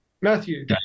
Matthew